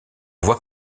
voit